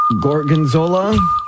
Gorgonzola